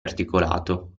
articolato